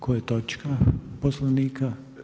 Koja točka Poslovnika?